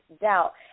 Doubt